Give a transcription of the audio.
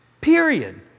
Period